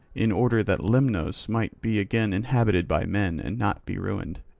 in order that lemnos might be again inhabited by men and not be ruined.